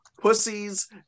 pussies